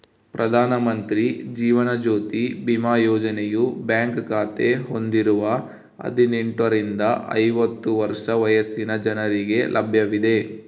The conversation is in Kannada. ಪ್ರಧಾನ ಮಂತ್ರಿ ಜೀವನ ಜ್ಯೋತಿ ಬಿಮಾ ಯೋಜನೆಯು ಬ್ಯಾಂಕ್ ಖಾತೆ ಹೊಂದಿರುವ ಹದಿನೆಂಟುರಿಂದ ಐವತ್ತು ವರ್ಷ ವಯಸ್ಸಿನ ಜನರಿಗೆ ಲಭ್ಯವಿದೆ